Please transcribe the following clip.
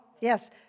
Yes